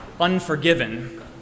Unforgiven